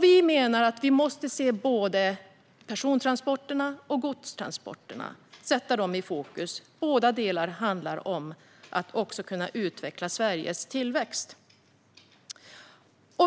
Vi menar att vi måste se både persontransporterna och godstransporterna och sätta dem i fokus. Båda delarna handlar om att kunna utveckla Sveriges tillväxt.